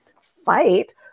fight